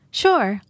sure